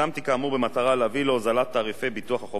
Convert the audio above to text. במטרה להביא להוזלת תעריפי ביטוח החובה לאופנועים.